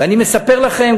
ואני מספר לכם,